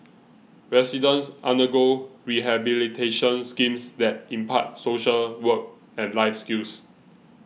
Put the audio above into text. residents undergo rehabilitation schemes that impart social work and life skills